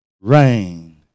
rain